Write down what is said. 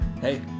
hey